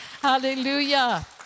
Hallelujah